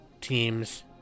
teams